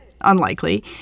Unlikely